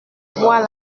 vois